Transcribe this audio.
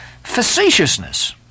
facetiousness